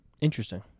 interesting